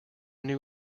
new